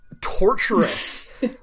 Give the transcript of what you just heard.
torturous